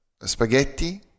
spaghetti